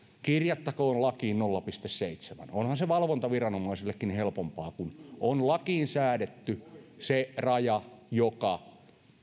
kirjattakoon lakiin nolla pilkku seitsemännen onhan se valvontaviranomaisillekin helpompaa kun on lakiin säädetty se raja joka